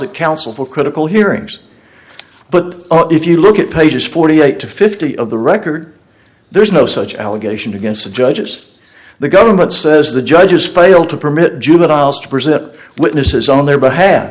that counsel for critical hearings but if you look at pages forty eight to fifty of the record there is no such allegation against the judges the government says the judges failed to permit juveniles to present witnesses on their behalf